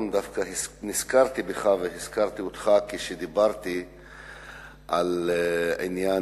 דווקא היום נזכרתי בך והזכרתי אותך כאשר דיברתי על עניין